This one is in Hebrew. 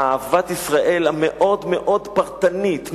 אהבת ישראל המאוד-מאוד פרטנית,